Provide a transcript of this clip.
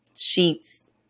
sheets